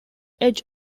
edge